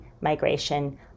migration